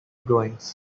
drawings